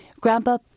Grandpa